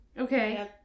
Okay